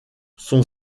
son